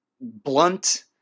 blunt